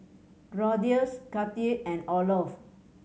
Claudius Kathi and Olof